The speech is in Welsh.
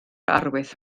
arwydd